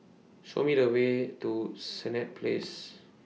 Show Me The Way to Senett Place